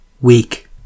weak